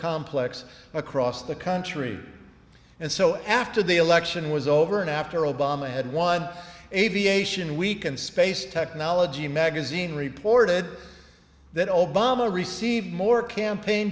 complex across the country and so after the election was over and after obama had won aviation week and space technology magazine reported that obama received more campaign